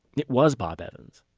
it was bob evans.